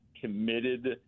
committed